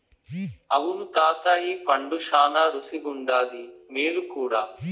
అవును తాతా ఈ పండు శానా రుసిగుండాది, మేలు కూడా